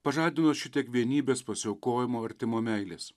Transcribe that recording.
pažadino šitiek vienybės pasiaukojimo artimo meilės